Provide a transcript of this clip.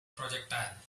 projectile